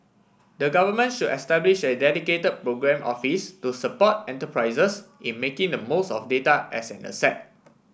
the government should establish a dedicated programme office to support enterprises in making the most of data as an asset